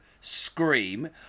Scream